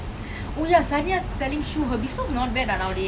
oh ya சனியே:saniyae selling shoe her business not bad ah nowadays